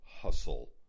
hustle